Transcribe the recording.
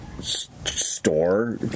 store